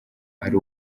ari